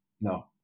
No